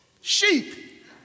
sheep